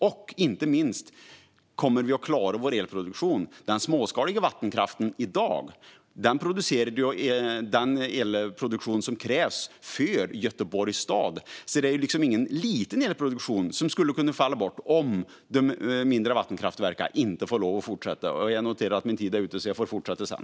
Och sist men inte minst: Kommer vi att klara vår elproduktion? Den småskaliga vattenkraften levererar i dag den elproduktion som krävs för Göteborgs stad. Det är alltså ingen liten elproduktion som skulle kunna falla bort om de mindre vattenkraftverken inte får lov att fortsätta. Jag noterar att min talartid är ute nu, så jag får fortsätta sedan.